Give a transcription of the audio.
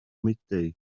midday